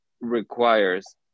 requires